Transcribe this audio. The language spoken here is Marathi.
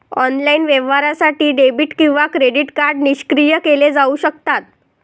ऑनलाइन व्यवहारासाठी डेबिट किंवा क्रेडिट कार्ड निष्क्रिय केले जाऊ शकतात